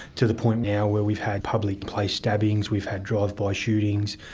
to the point now where we've had public place stabbings, we've had drive by shootings.